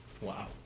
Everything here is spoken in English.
Wow